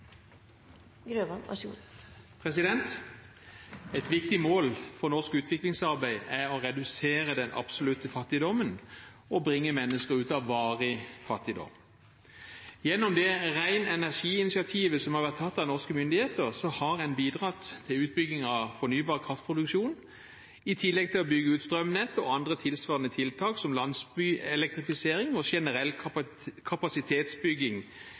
å redusere den absolutte fattigdommen og bringe mennesker ut av varig fattigdom. Gjennom det ren energi-initiativet som har vært tatt av norske myndigheter, har en bidratt til utbygging av fornybar kraftproduksjon i tillegg til å bygge ut strømnett og andre tilsvarende tiltak, som landsbyelektrifisering og generell kapasitetsbygging